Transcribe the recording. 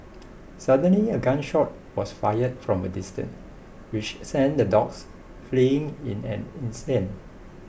suddenly a gun shot was fired from a distance which sent the dogs fleeing in an instant